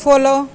follow